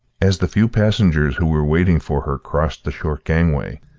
as the few passengers who were waiting for her crossed the short gangway,